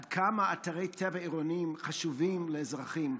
עד כמה אתרי טבע עירוניים חשובים לאזרחים,